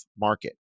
market